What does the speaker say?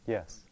Yes